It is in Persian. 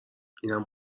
اینم